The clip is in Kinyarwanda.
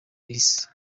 isi